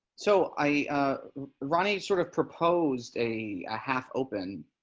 so i run a sort of proposed a half open